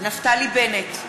נפתלי בנט,